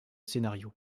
scénario